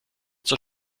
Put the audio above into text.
zur